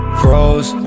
froze